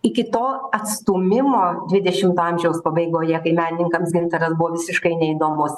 iki to atstūmimo dvidešimto amžiaus pabaigoje kai menininkams gintaras buvo visiškai neįdomus